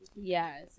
yes